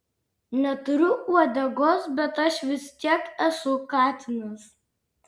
neturiu uodegos bet aš vis tiek esu katinas